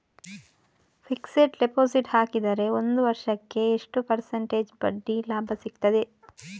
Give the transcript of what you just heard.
Fixed deposit ಹಾಕಿದರೆ ಒಂದು ವರ್ಷಕ್ಕೆ ಎಷ್ಟು ಪರ್ಸೆಂಟೇಜ್ ಬಡ್ಡಿ ಲಾಭ ಸಿಕ್ತದೆ?